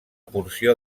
porció